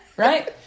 Right